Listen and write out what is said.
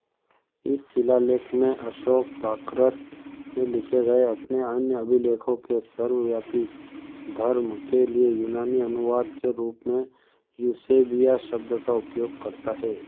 इस शिलालेख में अशोक प्राकृत में लिखे गए अपने अन्य अभिलेखों के सर्वव्यापी धर्म के लिए यूनानी अनुवाद के रूप में यूसेबीया शब्द का उपयोग करता है